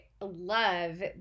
love